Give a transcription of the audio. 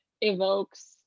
evokes